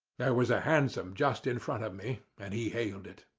there was a hansom just in front of me, and he hailed it.